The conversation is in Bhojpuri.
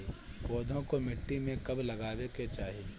पौधे को मिट्टी में कब लगावे के चाही?